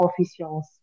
officials